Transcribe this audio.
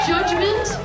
Judgment